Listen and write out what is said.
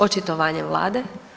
Očitovanje vlade.